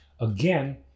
Again